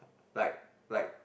like like